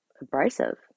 abrasive